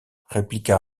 répliqua